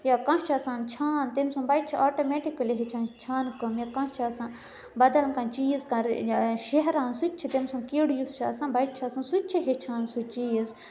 یا کانٛہہ چھُ آسان چھان تٔمۍ سُنٛد بَچہِ چھُ آٹوٗمیٹِکٔلی ہیٚچھان چھانہٕ کٲم یا کانٛہہ چھُ آسان بَدَل کانٛہہ چیٖز کر یا شیران سُہ تہِ چھُ تٔمۍ سُنٛد کِڑ یُس چھُ آسان بَچہِ چھُ آسان سُہ تہِ چھُ ہیٚچھان سُہ چیٖز